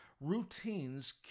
Routines